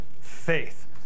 Faith